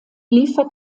liefert